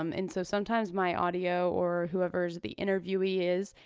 um and so sometimes my audio or whoever's the interviewee is,